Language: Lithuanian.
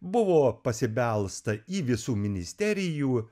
buvo pasibelsta į visų ministerijų